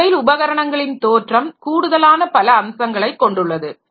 mobile உபகரணங்களின் தோற்றம் கூடுதலான பல அம்சங்களை கொண்டுள்ளது